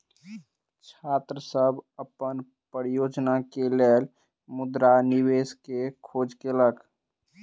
छात्र सभ अपन परियोजना के लेल मुद्रा निवेश के खोज केलक